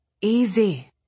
Easy